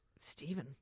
Stephen